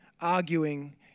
arguing